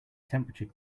temperature